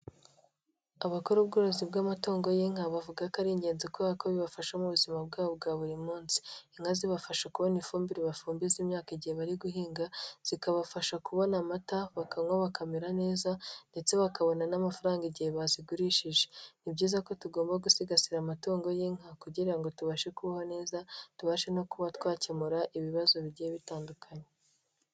Abakora ubworozi bw'amatungo y'inka, bavuga ko ari ingenzi kubera ko bibafasha mu buzima bwabo bwa buri munsi. Inka zibafasha kubona ifumbire bafumbiza imyaka igihe bari guhinga, zikabafasha kubona amata bakanywa bakamera neza, ndetse bakabona n'amafaranga igihe bazigurishije. Ni byiza ko tugomba gusigasira amatungo y'inka kugira ngo tubashe kubaho neza, tubashe no kuba twakemura ibibazo bigiye bitandukanye.